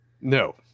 No